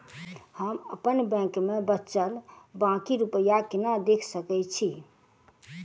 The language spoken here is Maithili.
हम अप्पन बैंक मे बचल बाकी रुपया केना देख सकय छी?